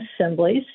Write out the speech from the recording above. assemblies